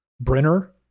Brenner